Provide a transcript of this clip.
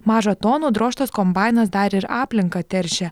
maža tonų drožtas kombainas dar ir aplinką teršia